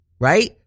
right